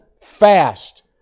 fast